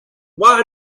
why